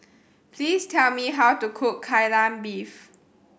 please tell me how to cook Kai Lan Beef